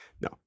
no